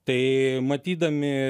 tai matydami